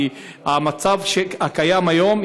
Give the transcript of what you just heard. כי במצב הקיים היום,